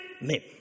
name